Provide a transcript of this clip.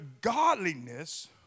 godliness